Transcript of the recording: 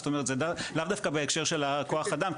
זאת אומרת זה לאו דווקא בהקשר של הכוח אדם,